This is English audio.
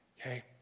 Okay